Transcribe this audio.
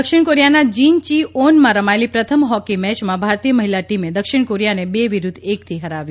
દક્ષિણ કોરીયાના જીન ચી ઓનમાં રમાયેલી પ્રથમ હોકી મેચમાં ભારતીય મહિલા ટીમે દક્ષિણ કોરીયાને બે વિરૂદ્ધ એકથી હરાવ્યું